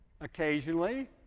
occasionally